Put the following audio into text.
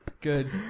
Good